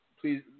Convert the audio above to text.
Please